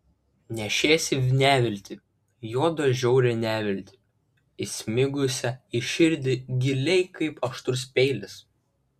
nešėsi neviltį juodą žiaurią neviltį įsmigusią į širdį giliai kaip aštrus peilis